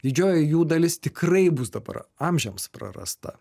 didžioji jų dalis tikrai bus dabar amžiams prarasta